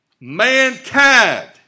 Mankind